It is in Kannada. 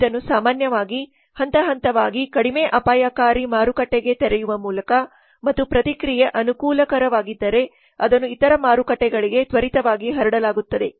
ಇದನ್ನು ಸಾಮಾನ್ಯವಾಗಿ ಹಂತಹಂತವಾಗಿ ಕಡಿಮೆ ಅಪಾಯಕಾರಿ ಮಾರುಕಟ್ಟೆಗೆ ತೆರೆಯುವ ಮೂಲಕ ಮತ್ತು ಪ್ರತಿಕ್ರಿಯೆ ಅನುಕೂಲಕರವಾಗಿದ್ದರೆ ಅದನ್ನು ಇತರ ಮಾರುಕಟ್ಟೆಗಳಿಗೆ ತ್ವರಿತವಾಗಿ ಹರಡಲಾಗುತ್ತದೆ